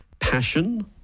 passion